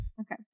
Okay